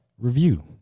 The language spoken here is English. review